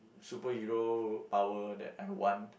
superhero power that one